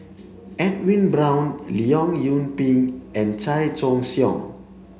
Edwin Brown Leong Yoon Pin and Chan Choy Siong